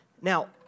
Now